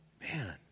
man